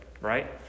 right